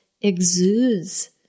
exudes